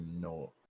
no